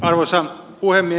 arvoisa puhemies